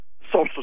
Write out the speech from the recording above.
Social